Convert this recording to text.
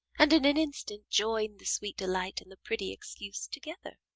and in an instant join the sweet delight and the pretty excuse together.